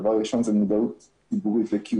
הדבר הראשון זה מודעות ציבורית לקיומו.